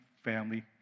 family